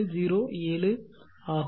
707 ஆகும்